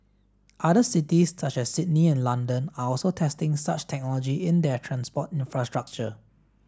other cities such as Sydney and London are also testing such technology in their transport infrastructure